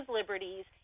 liberties